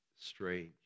Strange